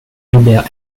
albert